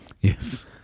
Yes